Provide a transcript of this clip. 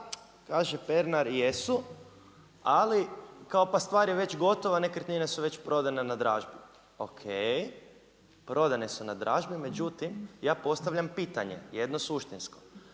kaže Pernar jesu, ali kao pa stvar je već gotova, nekretnine su već prodane na dražbi. O.k. Prodane su na dražbi, međutim ja postavljam pitanje jedno suštinsko